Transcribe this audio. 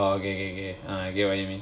ah okay okay I get what you mean